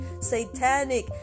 satanic